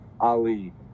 Ali